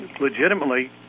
legitimately